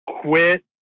quit